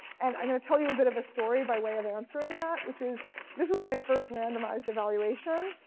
and i'm going to tell you a bit of a story by way of answering that, which is this was my first randomized evaluation.